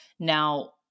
Now